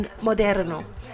moderno